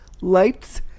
Lights